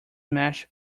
mashed